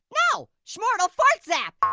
no, shmortal fart-zap.